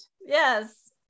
Yes